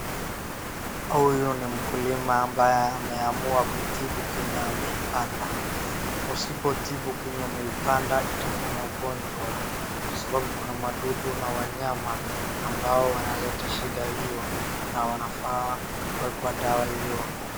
Huyu ni mkulima ambaye ameamua kutibu kenye amepanda. Usipotibu chenye umepanda itakuwa na ugonjwa kwa sababu kuna wadudu na wanyama ambao wanaleta shida hiyo na wanafaa kuekwa dawa ili wakufe.